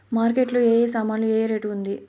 Market లో ఏ ఏ సామాన్లు ఏ ఏ రేటు ఉంది?